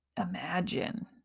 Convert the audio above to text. imagine